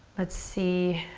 let's see